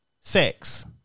sex